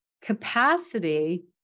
capacity